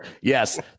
Yes